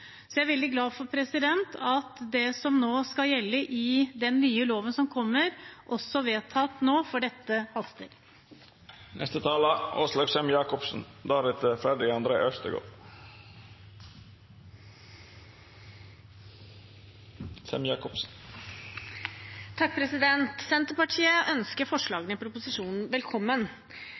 Jeg er veldig glad for at det som skal gjelde i den nye loven som kommer, også vedtas nå, for dette